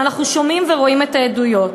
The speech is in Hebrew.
ואנחנו שומעים ורואים את העדויות.